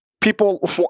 people